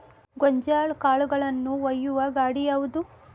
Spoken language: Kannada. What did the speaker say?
ಗೋಂಜಾಳ ಕಾಳುಗಳನ್ನು ಒಯ್ಯುವ ಗಾಡಿ ಯಾವದು?